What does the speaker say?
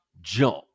jump